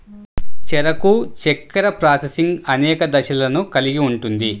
చెరకు చక్కెర ప్రాసెసింగ్ అనేక దశలను కలిగి ఉంటుంది